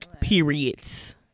periods